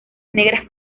negras